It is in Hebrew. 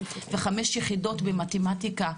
וחמש יחידות במתמטיקה.